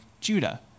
Judah